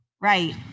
Right